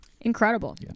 incredible